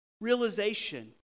realization